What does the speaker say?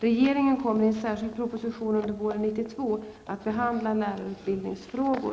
Regeringen kommer i en särskild proposition under våren 1992 att behandla lärarutbildningsfrågor.